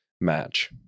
match